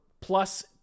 plus